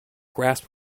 grasp